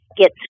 get